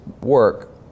work